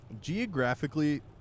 Geographically